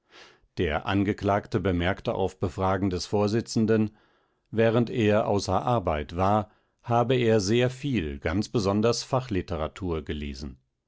der angeklagte bemerkte auf befragen des vorsitzenden während er außer arbeit war habe er sehr viel ganz besonders fachliteratur gelesen